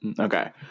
Okay